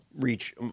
reach